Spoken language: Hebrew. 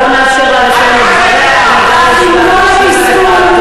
אך עם כל התסכול,